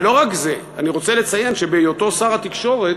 ולא רק זה, אני רוצה לציין שבהיותו שר התקשורת,